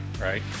right